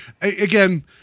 again